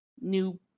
new